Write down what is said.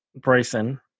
Bryson